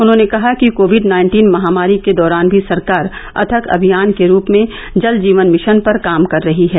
उन्होंने कहा कि कोविड नाइन्टीन महामारी के दौरान भी सरकार अथक अभियान के रूप में जल जीवन मिशन पर काम कर रही है